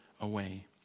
away